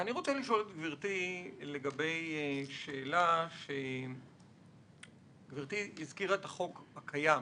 גברתי הזכירה את החוק הקיים.